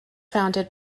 founded